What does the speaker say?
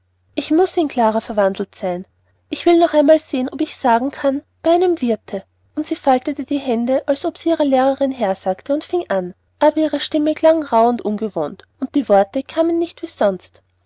ich muß in clara verwandelt sein ich will doch einmal sehen ob ich sagen kann bei einem wirthe und sie faltete sie hände als ob sie ihrer lehrerin hersagte und fing an aber ihre stimme klang rauh und ungewohnt und die worte kamen nicht wie sonst